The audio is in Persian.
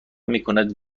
میکند